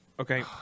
Okay